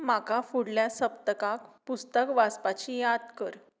म्हाका फुडल्या सप्तकांत पुस्तक वाचपाची याद कर